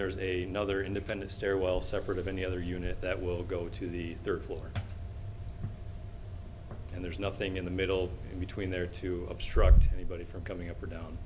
re's a no other independent stairwell separate of any other unit that will go to the third floor and there's nothing in the middle between there to obstruct anybody from coming up or down